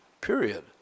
period